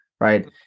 right